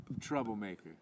Troublemaker